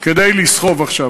כדי לסחוב עכשיו,